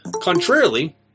Contrarily